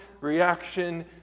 reaction